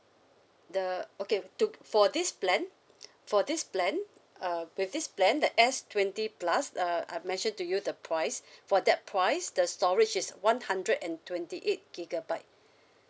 the okay to for this plan for this plan uh with this plan the S twenty plus uh I've mentioned to you the price for that price the storage is one hundred and twenty eight gigabyte